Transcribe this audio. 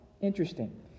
Interesting